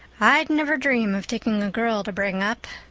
i'd never dream of taking a girl to bring up.